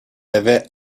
avait